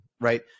Right